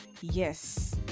yes